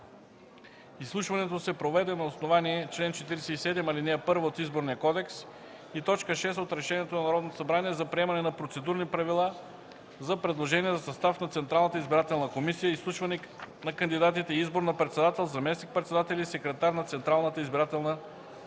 Изслушването се проведе на основание чл. 47, ал. 1 от Изборния кодекс и т. 6 от Решението на Народното събрание за приемане на процедурни правила за предложения за състав на Централната избирателна комисия, изслушване на кандидатите и избор на председател, заместник-председатели и секретар на Централната избирателна комисия.